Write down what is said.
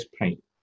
paint